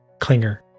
Klinger